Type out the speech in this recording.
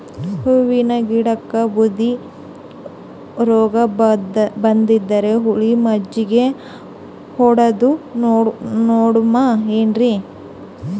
ಹೂವಿನ ಗಿಡಕ್ಕ ಬೂದಿ ರೋಗಬಂದದರಿ, ಹುಳಿ ಮಜ್ಜಗಿ ಹೊಡದು ನೋಡಮ ಏನ್ರೀ?